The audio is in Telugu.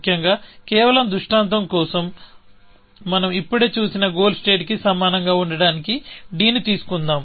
ముఖ్యంగా కేవలం దృష్టాంతం కోసం మనం ఇప్పుడే చూసిన గోల్ స్టేట్ కి సమానంగా ఉండటానికి d ని తీసుకుందాం